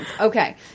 Okay